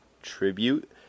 tribute